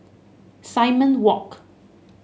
Simon Walk